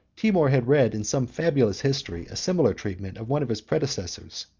timour had read in some fabulous history a similar treatment of one of his predecessors,